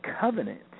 covenant